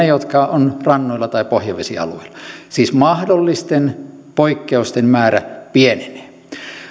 jotka ovat rannoilla tai pohjavesialueilla siis mahdollisten poikkeusten määrä pienenee